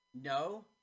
No